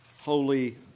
holy